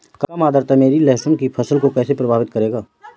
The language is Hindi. कम आर्द्रता मेरी लहसुन की फसल को कैसे प्रभावित करेगा?